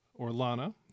Orlana